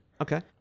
Okay